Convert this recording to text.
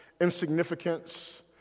insignificance